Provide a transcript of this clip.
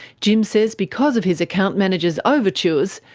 jim says because of his account manager's overtures,